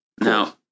Now